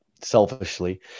selfishly